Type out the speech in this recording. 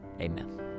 Amen